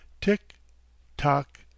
Tick-tock